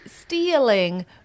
stealing